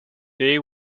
they